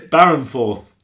Barrenforth